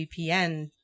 vpn